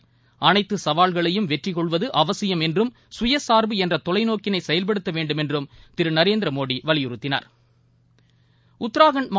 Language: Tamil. ப்பு அனைத்துசவால்களையும் வெற்றிக் கொள்வதுஅவசியம் என்றம் சுயசாா்பு என்றதொலைநோக்கினைசெயல்படுத்தவேண்டுமென்றும் திருநரேந்திரமோடிவலியுறுத்தினாா்